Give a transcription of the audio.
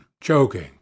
choking